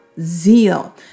zeal